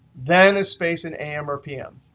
then a space, and am or pm.